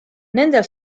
nendel